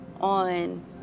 on